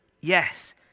yes